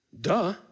Duh